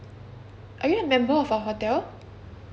are you a member of our hotel